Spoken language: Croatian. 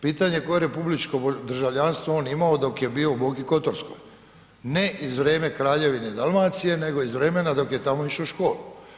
Pitanje koje republičko državljanstvo je on imao dok je bio u Boki kotorskoj, ne iz vrijeme Kraljevine Dalmacije nego iz vremena dok je tamo išao u školu.